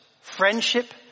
friendship